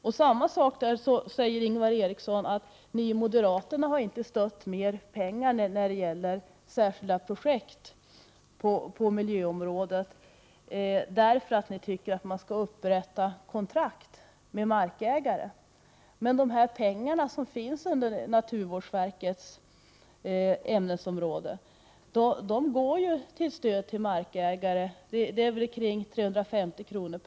Ingvar Eriksson säger dessutom att moderaterna har gett mer stöd till särskilda projekt på miljöområdet. Ni tycker att man skall upprätta kontrakt med markägare. Men de pengar som finns inom naturvårdsverkets ämnesområde går till stöd för markägare. Det är ca 350 kr.